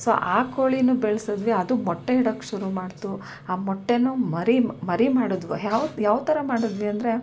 so ಆ ಕೋಳಿ ಬೆಳ್ಸಿದ್ವಿ ಅದು ಮೊಟ್ಟೆ ಇಡೋಕೆ ಶುರು ಮಾಡ್ತು ಆ ಮೊಟ್ಟೆ ಮರಿ ಮರಿ ಮಾಡಿದ್ವು ಯಾವ ಯಾವ ಥರ ಮಾಡಿದ್ವಿ ಅಂದರೆ